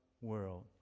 world